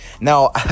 now